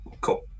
Cool